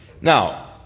Now